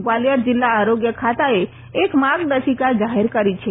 ગ્વાલિયર જીલ્લા આરોગ્ય ખાતાએ એક માર્ગદર્શિકા જાહેર કરી છે